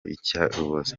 iyicarubozo